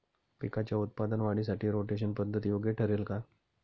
पिकाच्या उत्पादन वाढीसाठी रोटेशन पद्धत योग्य ठरेल का?